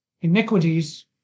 Iniquities